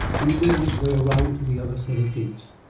and made his way around to the other set of gates.